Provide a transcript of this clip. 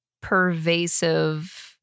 pervasive